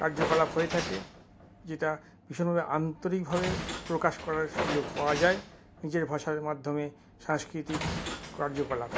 কার্যকলাপ হয়ে থাকে যেটা ভীষণভাবে আন্তরিকভাবে প্রকাশ করার সুযোগ পাওয়া যায় নিজের ভাষার মাধ্যমে সাংস্কৃতিক কার্যকলাপ